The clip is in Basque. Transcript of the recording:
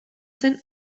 zen